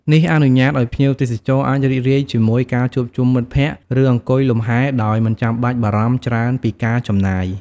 នេះអនុញ្ញាតឲ្យភ្ញៀវទេសចរអាចរីករាយជាមួយការជួបជុំមិត្តភក្តិ ឬអង្គុយលំហែដោយមិនចាំបាច់បារម្ភច្រើនពីការចំណាយ។